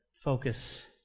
focus